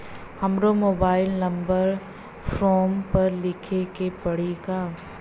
हमरो mobile number form पर लिखे के पड़ी का?